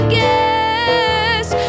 guess